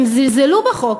הם זלזלו בחוק,